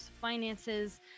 finances